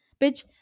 bitch